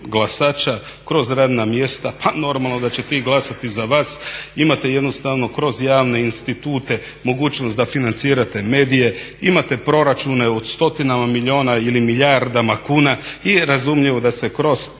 glasača kroz radna mjesta, pa normalno da će ti glasati za vas. Imate jednostavno kroz javne institute mogućnost da financirate medije, imate proračuna od stotina milijuna ili milijardama kuna i razumljivo da se kroz